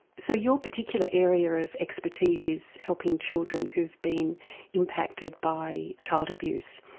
so your particular area of expertise is helping children who have been impacted by child abuse.